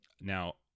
Now